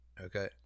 okay